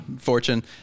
Fortune